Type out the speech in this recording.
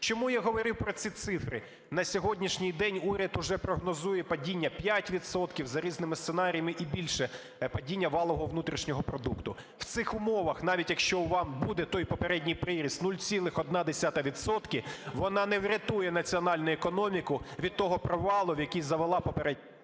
Чому я говорю про ці цифри. На сьогоднішній день уряд уже прогнозує падіння 5 відсотків за різними сценаріями і більше, падіння валового внутрішнього продукту. В цих умовах, навіть, якщо вам буде той попередній приріст 0,1 відсотка, він не врятує національну економіку від того провалу, в який завела попередня…